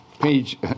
page